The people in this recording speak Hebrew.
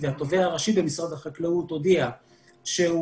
התובע הראשי במשרד החקלאות הודיע שהוא